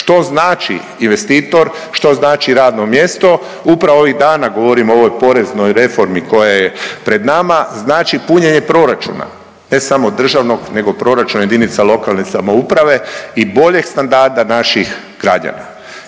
Što znači investitor, što znači radno mjesto? Upravo ovih dana govorimo o ovoj poreznoj reformi koja je pred nama, znači punjenje proračuna, ne samo državnog nego proračuna JLS i boljeg standarda naših građana